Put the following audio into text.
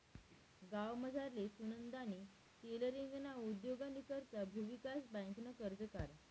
गावमझारली सुनंदानी टेलरींगना उद्योगनी करता भुविकास बँकनं कर्ज काढं